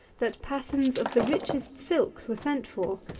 that patterns of the richest silks were sent for.